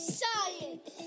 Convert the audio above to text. science